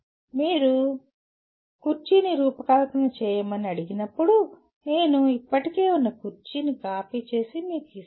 మీరు కుర్చీని రూపకల్పన చేయమని అడిగినప్పుడు నేను ఇప్పటికే ఉన్న కుర్చీని కాపీ చేసి మీకు ఇస్తాను